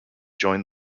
join